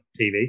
TV